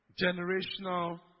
generational